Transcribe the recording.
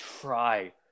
try